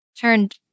turned